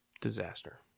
Disaster